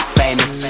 famous